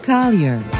Collier